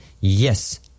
Yes